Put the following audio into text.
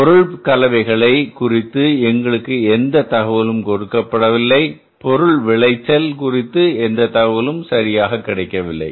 பொருள் கலவைகளை குறித்து எங்களுக்கு எந்த தகவலும் கொடுக்கப்படவில்லை பொருள் விளைச்சல் குறித்து எந்த தகவலும் சரியாக கிடைக்கவில்லை